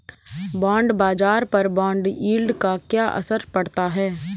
Bond बाजार पर bond yield का क्या असर पड़ता है?